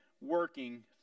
working